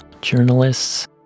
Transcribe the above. journalists